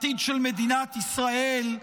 לעתיד של מדינת ישראל?